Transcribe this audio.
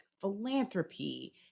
philanthropy